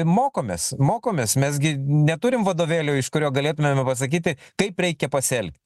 mokomės mokomės mes gi neturim vadovėlio iš kurio galėtumėme pasakyti kaip reikia pasielgt